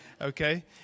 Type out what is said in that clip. Okay